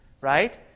right